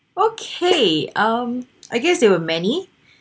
okay um I guess there were many